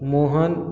Mohan